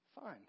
fine